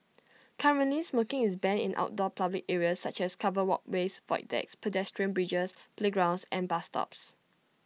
currently smoking is banned in outdoor public areas such as covered walkways void decks pedestrian bridges playgrounds and bus stops